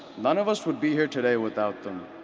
none of us would be here today without them.